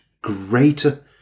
greater